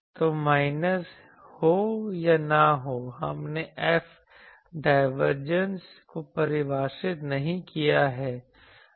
तो माइनस हो या ना हो हमने F डायवर्जन को परिभाषित नहीं किया है